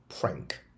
prank